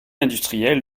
industriel